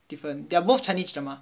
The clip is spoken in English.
different they're both chinese drama